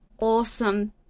awesome